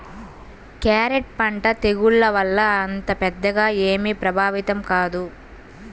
carrot పంట తెగుళ్ల వల్ల అంత పెద్దగా ఏమీ ప్రభావితం కాదు